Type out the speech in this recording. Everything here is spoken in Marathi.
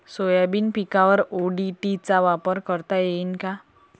सोयाबीन पिकावर ओ.डी.टी चा वापर करता येईन का?